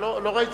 לא ראיתי.